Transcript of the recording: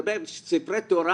אני מדבר על ספרי תורה